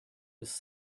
was